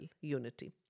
unity